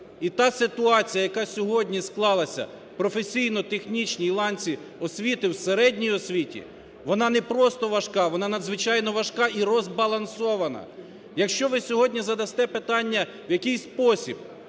І та ситуація, яка сьогодні склалася у професійно-технічній ланці освіти, в середній освіти, вона не просто важка, вона надзвичайно важка і розбалансована. Якщо ви сьогодні задасте питання, в який спосіб